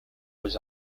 was